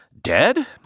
dead